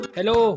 Hello